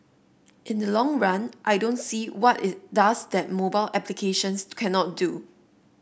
in the long run I don't see what it does that mobile applications cannot do